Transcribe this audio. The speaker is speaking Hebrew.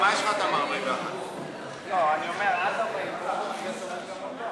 סעיפים 27 35 נתקבלו.